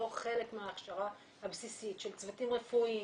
חלק מההכשרה הבסיסית של צוותים רפואיים,